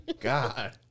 God